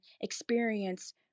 experience